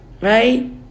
right